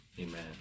amen